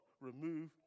remove